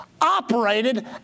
operated